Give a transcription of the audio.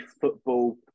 football